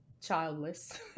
childless